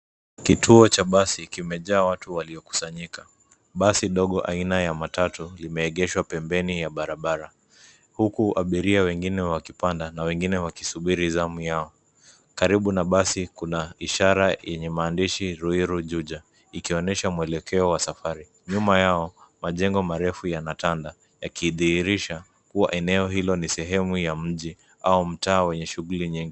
Kituo cha basi kimejaa watu waliokusanyika. Basi dogo aina ya matatu limeegeshwa pembeni ya barabara, huku abiria wengine wakipanda na wengine wakisubiri zamu yao. Karibu na basi kuna ishara yenye maandishi Ruiru, Juja, ikionyesha mwelekeo wa safari. Nyuma yao, majengo marefu yanatanda, yakidhihirisha kuwa eneo hilo ni sehemu ya mji au mtaa wenye shughuli nyingi.